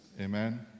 amen